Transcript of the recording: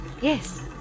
Yes